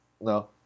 No